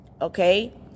okay